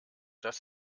dass